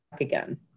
again